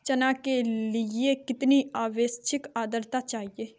चना के लिए कितनी आपेक्षिक आद्रता चाहिए?